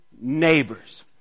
neighbors